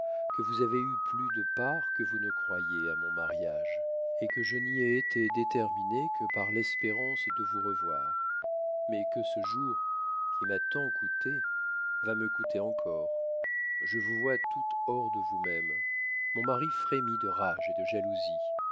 que vous avez eu plus de part que vous ne croyez à mon mariage et que je n'y ai été déterminée que par l'espérance de vous revoir mais que ce jour qui m'a tant coûté va me coûter encore je vous vois tout hors de vous-même mon mari frémit de rage et de jalousie